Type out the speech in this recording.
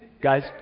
Guys